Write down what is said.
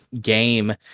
game